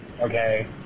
okay